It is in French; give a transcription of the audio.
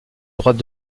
droite